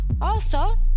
Also